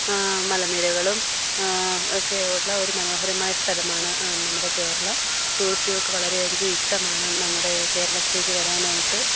മലനിരകളും ഒക്കെയുള്ള ഒരു മനോഹരമായ സ്ഥലമാണ് നമ്മുടെ കേരളം ടൂറിസ്റ്റുകൾക്ക് വളരെയധികം ഇഷ്ടമാണ് നമ്മുടെ കേരളത്തിലേക്ക് വരാനായിട്ട്